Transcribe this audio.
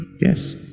Yes